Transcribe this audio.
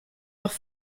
nach